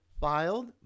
filed